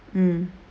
mm